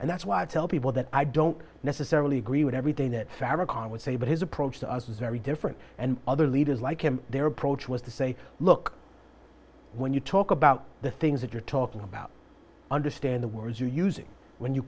and that's why i tell people that i don't necessarily agree with everything that fabric on would say but his approach to us is very different and other leaders like him their approach was to say look when you talk about the things that you're talking about understand the words you using when you